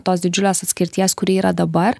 tos didžiulės atskirties kuri yra dabar